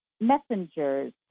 messengers